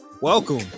welcome